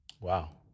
Wow